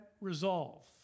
resolve